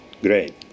great